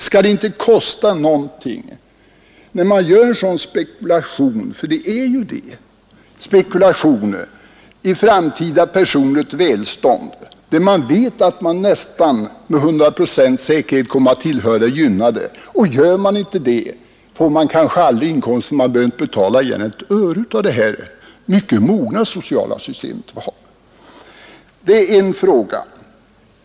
Skall det inte kosta någonting när man gör en sådan spekulation — därför att det är ju en spekulation i framtida personligt välstånd, när man med nästan 100 procents säkerhet vet att man kommer att tillhöra de gynnade? Och gör man inte det får man kanske aldrig några inkomster, och då behöver man inte betala igen ett öre i det här mycket mogna sociala systemet som vi har. Det är en fråga.